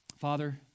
Father